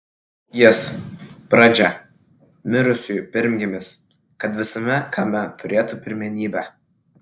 jis pradžia mirusiųjų pirmgimis kad visame kame turėtų pirmenybę